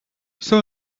some